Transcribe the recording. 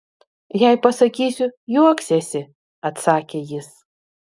jei pasakysiu juoksiesi atsakė jis